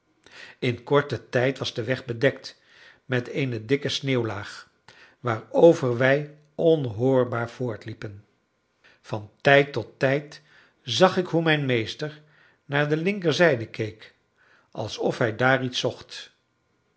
in korten tijd was de weg bedekt met eene dikke sneeuwlaag waarover wij onhoorbaar voortliepen van tijd tot tijd zag ik hoe mijn meester naar de linkerzijde keek alsof hij daar iets zocht